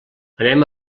anem